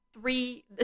three